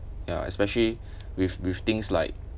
ya especially with with things like